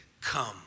Come